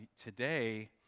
today